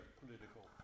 political